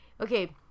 okay